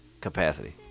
capacity